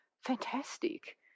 fantastic